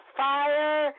fire